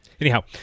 Anyhow